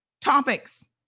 topics